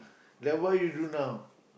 then what you do now